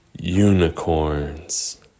unicorns